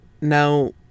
Now